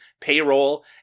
payroll